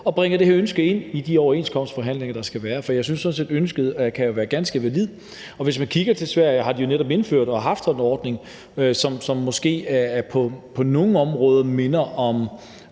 og bringer det her ønske ind i de overenskomstforhandlinger, der skal være. For jeg synes sådan set, at ønsket jo kan være ganske validt. Og hvis man kigger til Sverige, har de jo netop indført en ordning, som måske på nogle områder minder om,